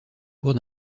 cours